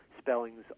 spellings